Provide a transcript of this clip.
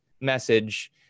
message